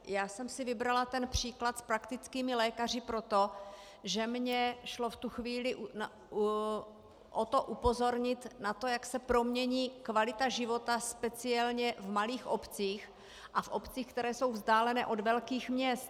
Já jsem si vybrala ten příklad s praktickými lékaři proto, že mi šlo v tu chvíli o to upozornit na to, jak se promění kvalita života, speciálně v malých obcích a v obcích, které jsou vzdálené od velkých měst.